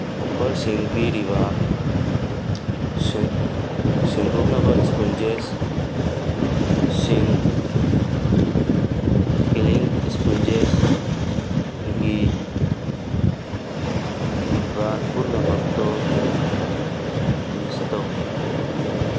ꯑꯣꯐꯔꯁꯤꯡ ꯄꯤꯔꯤꯕ ꯁꯦꯡꯗꯣꯛꯅꯕ ꯏꯁꯄꯨꯟꯖꯦꯁ ꯁꯤꯡ ꯀꯤꯂꯤꯡ ꯏꯁꯄꯨꯟꯖꯦꯁꯒꯤ ꯕ꯭ꯔꯥꯟ ꯄꯨꯝꯅꯃꯛꯇꯣ ꯂꯤꯁ ꯇꯧ